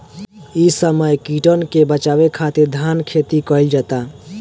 इ समय कीटन के बाचावे खातिर धान खेती कईल जाता